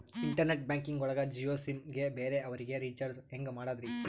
Internet banking ಒಳಗ Jio sim ಗೆ ಬೇರೆ ಅವರಿಗೆ ರೀಚಾರ್ಜ್ ಹೆಂಗ್ ಮಾಡಿದ್ರಿ?